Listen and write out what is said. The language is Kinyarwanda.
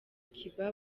cuba